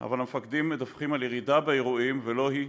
אבל המפקדים מדווחים על ירידה באירועים, ולא היא.